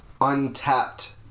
untapped